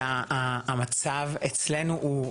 והמצב אצלנו הוא,